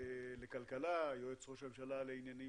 הלאומית לכלכלה לשעבר, יועץ ראש הממשלה לעניינים